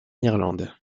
irlande